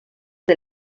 del